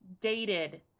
dated